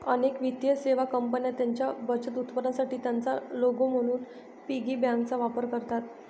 अनेक वित्तीय सेवा कंपन्या त्यांच्या बचत उत्पादनांसाठी त्यांचा लोगो म्हणून पिगी बँकांचा वापर करतात